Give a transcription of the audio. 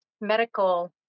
medical